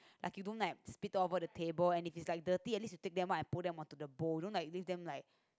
like you don't like spit all over the table and if it's like dirty at least you take them out and put them onto the bowl you don't like leave them like